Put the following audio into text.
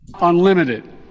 unlimited